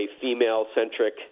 female-centric